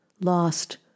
lost